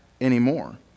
anymore